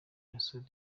basore